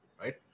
Right